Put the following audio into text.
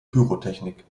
pyrotechnik